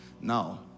Now